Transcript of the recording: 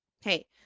Hey